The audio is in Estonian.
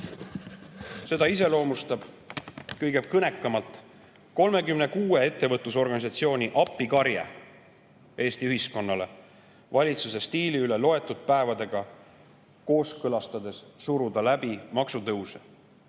Seda iseloomustab kõige kõnekamalt 36 ettevõtlusorganisatsiooni appikarje Eesti ühiskonnale valitsuse stiili pärast loetud päevadega kooskõlastades suruda läbi maksutõuse.